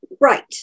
Right